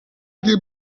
che